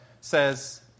says